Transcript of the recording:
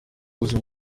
ubuzima